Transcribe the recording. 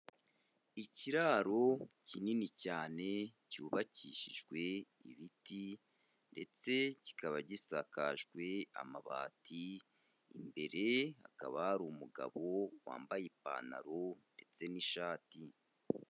Ikiraro kinini cyane cyubakishijwe ibiti ndetse kikaba gisakajwe amabati, imbere hakaba hari umugabo wambaye ipantaro ndetse n'ishati.